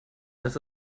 das